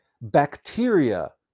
bacteria